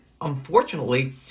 unfortunately